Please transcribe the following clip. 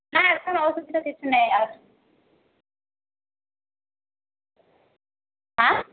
হ্যাঁ স্যার অসুবিধা কিছু নেই আর হ্যাঁ